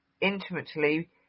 intimately